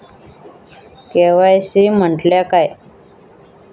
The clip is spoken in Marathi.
के.वाय.सी म्हटल्या काय?